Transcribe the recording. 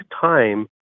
time